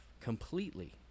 completely